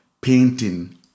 painting